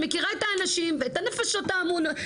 אני מכירה את האנשים ואת הנפשות הפועלות.